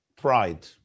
pride